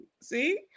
See